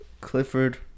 Clifford